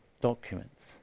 documents